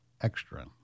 extra